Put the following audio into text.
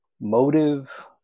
motive